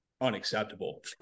unacceptable